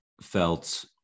felt